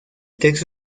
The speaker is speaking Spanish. texto